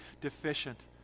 deficient